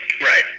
Right